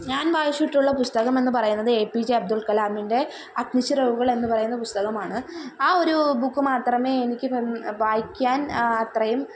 ഞാന് വായിച്ചിട്ടുള്ള പുസ്തകമെന്നു പറയുന്നത് ഏ പീ ജെ അബ്ദുള്ക്കലാമിന്റെ അഗ്നിച്ചിറകുകളെന്നു പറയുന്ന പുസ്തകമാണ് ആ ഒരു ബുക്ക് മാത്രമെ എനിക്ക് പം വായിക്കാന് അത്രയും